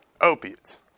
opiates